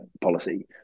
policy